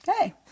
Okay